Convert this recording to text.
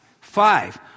Five